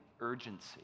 urgency